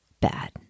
bad